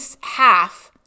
half